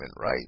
right